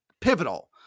pivotal